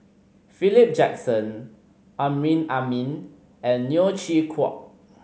Philip Jackson Amrin Amin and Neo Chwee Kok